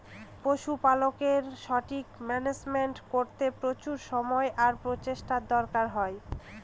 পশুপালকের সঠিক মান্যাজমেন্ট করতে প্রচুর সময় আর প্রচেষ্টার দরকার হয়